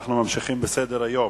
אנחנו ממשיכים בסדר-היום: